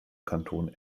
kanton